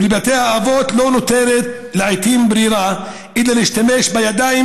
ובבתי האבות לא נותרת לעיתים ברירה אלא להשתמש בידיים